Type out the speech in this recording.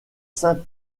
saint